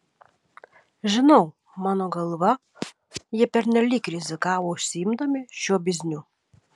žinau mano galva jie pernelyg rizikavo užsiimdami šiuo bizniu